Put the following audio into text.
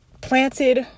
planted